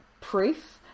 proof